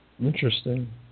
Interesting